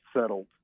settled